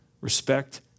respect